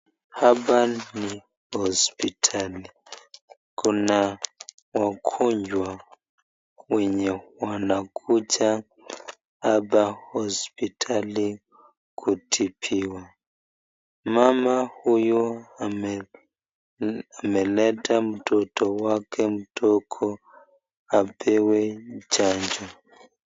Hapa ni hospitali kuna wagonjwa wenye wanakuja hapa hospitali kutibiwa mama huyu ameleta mtoto wake mdogo apewe chanjo.